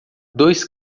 dois